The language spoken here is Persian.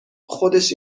خودش